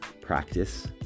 practice